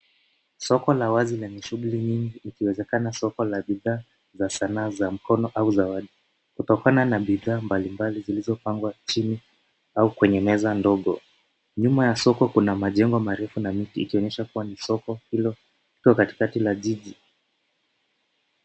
Soko la wazi lenye shughuli nyingi ikiwezekana soko la bidhaa za sanaa za mkono au zawadi, kutokana na bidhaa mbali mbali zilizo pangwa chini au kwenye meza ndogo. Nyuma ya soko kuna majengo marefu na miti ikionyesha kuwa ni soko lililo katikati ya jiji.